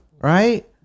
right